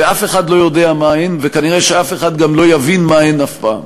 אף אחד אינו יודע מה הן וכנראה שאף אחד גם לא יבין מה הן אף פעם.